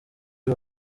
uyu